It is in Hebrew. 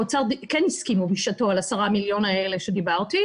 האוצר כן הסכימו בשעתו על 10 המיליון האלה שדיברתי.